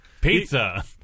Pizza